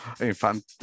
infant